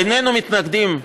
איננו מתנגדים.